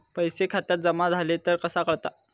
पैसे खात्यात जमा झाले तर कसा कळता?